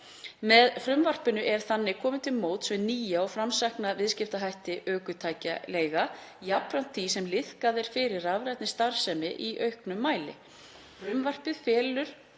Með frumvarpinu er þannig komið til móts við nýja og framsækna viðskiptahætti ökutækjaleiga jafnframt því sem liðkað er fyrir rafrænni starfsemi í auknum mæli.